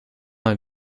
mijn